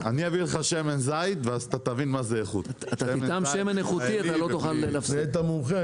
אני יצרן שמן זית בין היתר, ורוצה להסביר,